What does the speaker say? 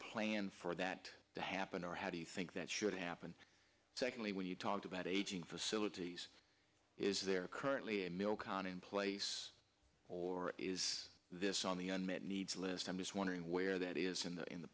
plan for that to happen or how do you think that should happen secondly when you talk about aging facilities is there currently a mill county in place or is this on the unmet needs list i'm just wondering where that is in the in the